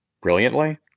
brilliantly